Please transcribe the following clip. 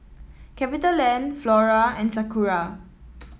Capitaland Flora and Sakura